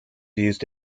used